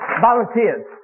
volunteers